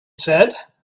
said